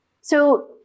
So-